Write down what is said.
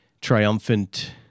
triumphant